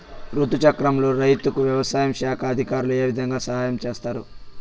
రుతు చక్రంలో రైతుకు వ్యవసాయ శాఖ అధికారులు ఏ విధంగా సహాయం చేస్తారు?